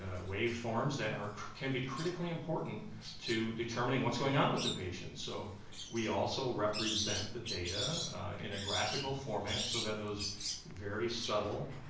ah wave forms that can be critically important to determining what's going on with the patient. so we also represent the data in a graphical format so that those very subtle